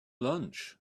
lunch